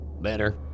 Better